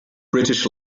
british